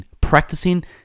practicing